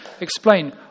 explain